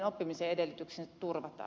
arvoisa herra puhemies